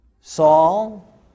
Saul